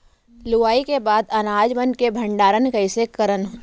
लुवाई के बाद अनाज मन के भंडारण कईसे करन?